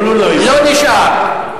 לא נשאר.